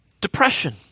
Depression